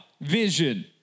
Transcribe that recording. vision